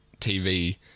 TV